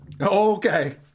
okay